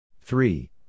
Three